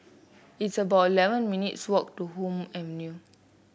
it's about eleven minutes' walk to Hume Avenue